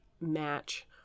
match